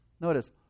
Notice